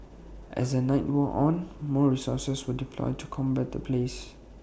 as the night wore on more resources were deployed to combat the blaze